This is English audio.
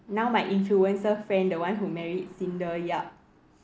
now my influencer friend the one who married cinder yap